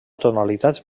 tonalitats